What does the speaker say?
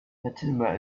fatima